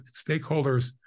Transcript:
stakeholders